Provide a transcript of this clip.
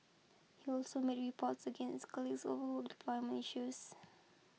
he also made reports against colleagues over deployment issues